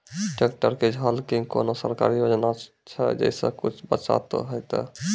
Tractor के झाल किंग कोनो सरकारी योजना छ जैसा कुछ बचा तो है ते?